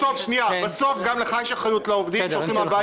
בסוף גם לך יש אחריות לעובדים שהולכים הביתה.